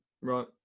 Right